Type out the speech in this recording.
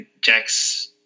Jack's